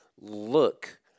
look